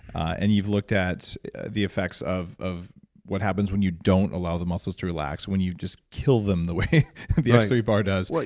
and you've looked at the effects of of what happens when you don't allow the muscles to relax, when you just kill them the way the x three bar does.